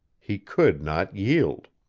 he could not yield.